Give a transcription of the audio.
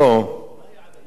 מה היה עד היום?